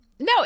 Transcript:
No